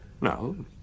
No